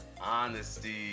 honesty